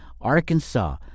Arkansas